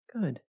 Good